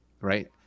right